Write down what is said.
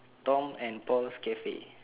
tom and paul cafe